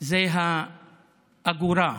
זה האגורה,